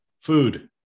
Food